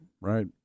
right